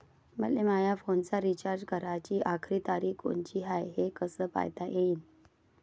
मले माया फोनचा रिचार्ज कराची आखरी तारीख कोनची हाय, हे कस पायता येईन?